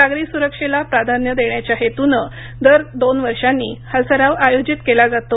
सागरी सुरक्षेला प्राधान्य देण्याच्या हेतूनं दर दोन वर्षांनी हा सराव आयोजित केला जातो